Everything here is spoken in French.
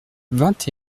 vingt